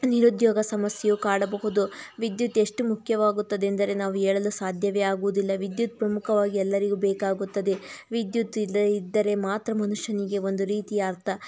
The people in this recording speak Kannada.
ನಿರುದ್ಯೋಗ ಸಮಸ್ಯೆಯೂ ಕಾಡಬಹುದು ವಿದ್ಯುತ್ ಎಷ್ಟು ಮುಖ್ಯವಾಗುತ್ತದೆ ಎಂದರೆ ನಾವು ಹೇಳಲು ಸಾಧ್ಯವೇ ಆಗುವುದಿಲ್ಲ ವಿದ್ಯುತ್ ಪ್ರಮುಖವಾಗಿ ಎಲ್ಲರಿಗೂ ಬೇಕಾಗುತ್ತದೆ ವಿದ್ಯುತ್ ಇಲ್ಲ ಇದ್ದರೆ ಮಾತ್ರ ಮನುಷ್ಯನಿಗೆ ಒಂದು ರೀತಿಯ ಅರ್ಥ